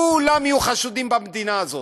כולם יהיו חשודים במדינה הזאת.